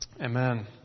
Amen